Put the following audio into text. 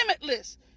limitless